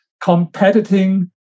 competing